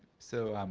so,